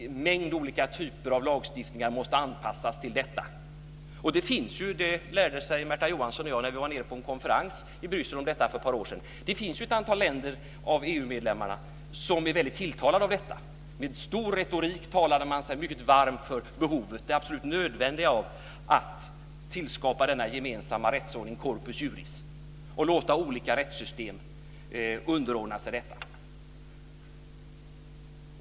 En mängd olika typer av lagstiftningar måste anpassas till detta. När Märta Johansson och jag var på en konferens i Bryssel om detta för ett par år sedan lärde vi oss att det finns ett antal EU-länder som är väldigt tilltalade av detta. Med stor retorik talade man sig mycket varm för behovet av, det absolut nödvändiga av, att tillskapa denna gemensamma rättsordning Corpus Juris och låta olika rättssystem underordna sig denna.